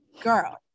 Girl